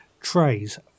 trays